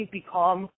become